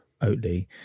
Oatly